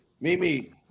Mimi